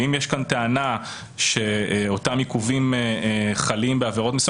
ואם יש כאן טענה שאותם עיכובים חלים בעבירות מסוימות,